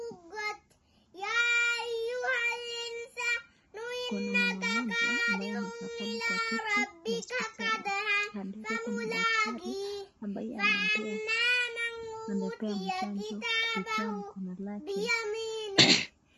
Kuna mama moja ambaye amekaa pale kwa kiti ya hospitali kando yake kuna daktari ambaye anampea mchanjo kupitia mkono lake